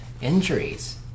injuries